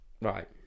right